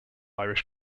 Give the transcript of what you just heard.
irish